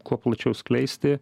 kuo plačiau skleisti